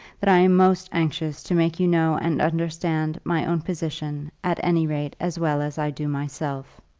that i am most anxious to make you know and understand my own position at any rate as well as i do myself.